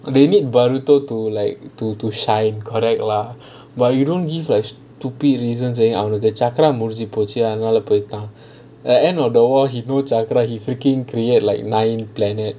they need burrito to like to to shine correct lah but you don't give a stupid reasons அவனுக்கு சக்கர முடிஞ்சி போயிடுச்சி:avanukku chakara mudinji poyiduchi at end of the world he told chakra he freaking create like nine planet